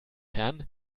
herren